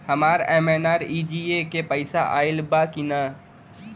हमार एम.एन.आर.ई.जी.ए के पैसा आइल बा कि ना?